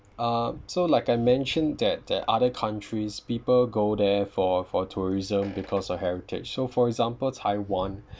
uh so like I mentioned that there are other countries people go there for for tourism because of heritage so for example taiwan